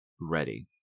ready